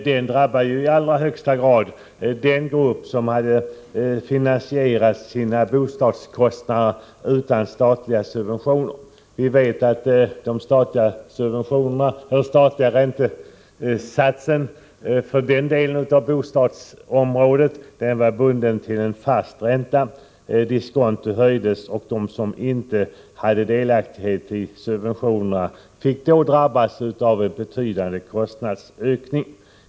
Den drabbade i allra högsta grad den grupp som hade finansierat sina bostadskostnader utan statliga subventioner. Vi vet att de statliga lånen för denna del av bostadsmarknaden var bundna till en fast och låg ränta. Diskontot höjdes, och de som inte hade de statliga lånen och därmed subventioner drabbades av betydande kostnadsökningar.